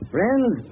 Friends